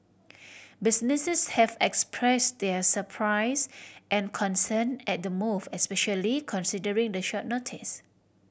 businesses have express their surprise and concern at the move especially considering the short notice